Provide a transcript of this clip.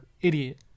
Idiot